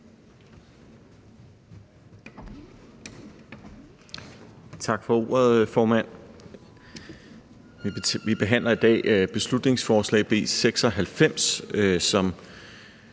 Tak for ordet, formand. Vi behandler i dag beslutningsforslag B 96, som